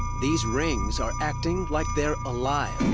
these rings are acting like they're alive.